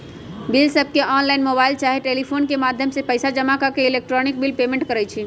बिलसबके online, mobile चाहे telephone के माध्यम से पइसा जमा के इलेक्ट्रॉनिक बिल पेमेंट कहई छै